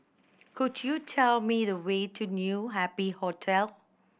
could you tell me the way to New Happy Hotel